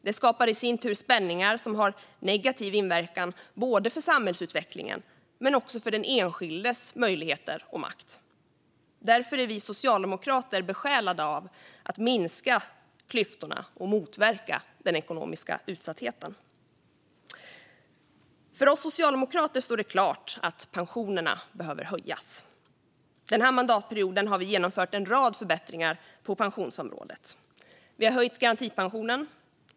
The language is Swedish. Det skapar i sin tur spänningar som har negativ inverkan både på samhällsutvecklingen och på den enskildes möjligheter och makt. Därför är vi socialdemokrater besjälade av att minska klyftorna och motverka den ekonomiska utsattheten. För oss socialdemokrater står det klart att pensionerna behöver höjas. Den här mandatperioden har vi genomfört en rad förbättringar på pensionsområdet. Vi har höjt garantipensionen.